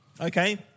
Okay